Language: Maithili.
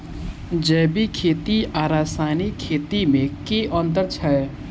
जैविक खेती आ रासायनिक खेती मे केँ अंतर छै?